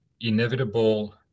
inevitable